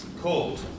called